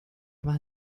más